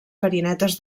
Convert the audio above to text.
farinetes